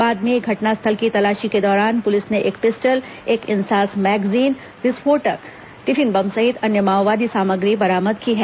बाद में घटनास्थल की तलाशी के दौरान पुलिस ने एक पिस्टल एक इंसास मैगजीन विस्फोटक टिफिन बम सहित अन्य माओवादी सामग्री बरामद की है